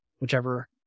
whichever